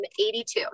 82